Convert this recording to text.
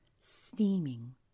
steaming